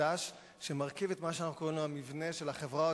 חדש שמרכיב את מה שאנחנו קוראים לו המבנה של החברה,